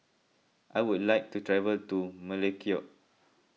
I would like to travel to Melekeok